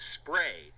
spray